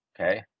Okay